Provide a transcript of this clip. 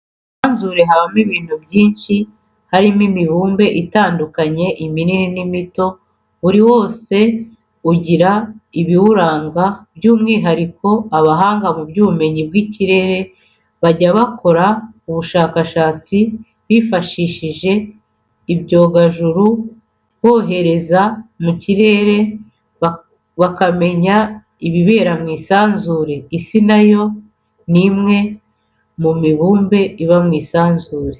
Mu isanzure habamo ibintu byinshi harimo imibumbe itandukanye iminini n'imito, buri wose ugira ibiwuranga by'umwihariko abahanga mu by'ubumenyi bw'ikirere, bajya abakora ubushakashatsi bifashishije ibyogajuru, bohereza mu kirere bakamenya ibibera mu isanzure, Isi na yo ni umwe mu mibumbe iba mu isanzure.